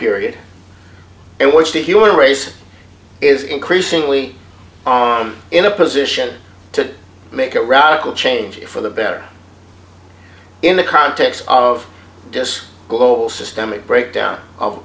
period in which the human race is increasingly in a position to make a radical change for the better in the context of this global systemic breakdown